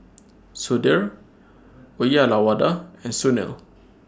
Sudhir Uyyalawada and Sunil